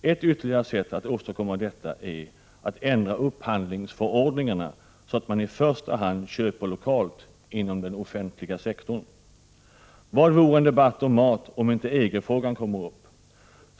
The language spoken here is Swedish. Ett ytterligare sätt att åstadkomma detta är att ändra upphandlingsförordningarna så att man i första hand köper lokalt inom den offentliga sektorn. Vad vore en debatt om mat om inte EG-frågan kom upp.